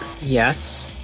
yes